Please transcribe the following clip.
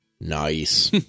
Nice